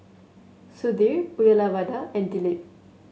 Sudhir Uyyalawada and Dilip